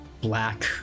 black